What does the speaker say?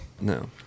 No